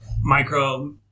micro